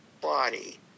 body